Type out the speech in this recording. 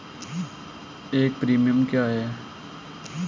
एक प्रीमियम क्या है?